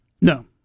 No